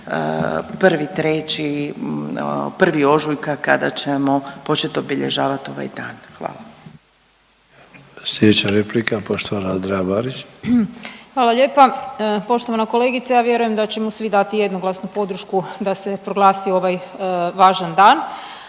naš 1.3., prvi ožujka kada ćemo početi obilježavati ovaj dan. Hvala. **Sanader, Ante (HDZ)** Sljedeća replika poštovana Andreja Marić. **Marić, Andreja (SDP)** Hvala lijepa. Poštovana kolegice ja vjerujem da ćemo svi dati jednoglasnu podršku da se proglasi ovaj važan dan,